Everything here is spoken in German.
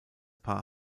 paar